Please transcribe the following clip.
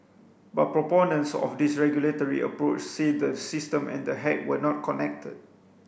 but proponents of this regulatory approach say the system and the hack were not connected